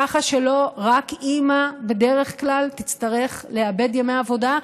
ככה שלא רק אימא בדרך כלל תצטרך לאבד ימי עבודה,